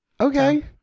Okay